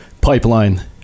pipeline